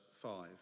Five